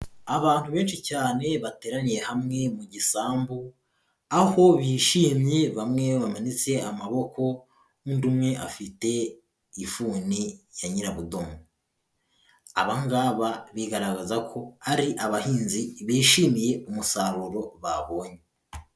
Abantu benshi cyane bateraniye hamwe mu gisambu, aho bishimye bamwe bamanitse amaboko, undi umwe afite ifuni ya nyirabudomo, aba ngaba bigaragaza ko ari abahinzi bishimiye umusaruro babonye.